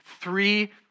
three